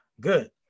good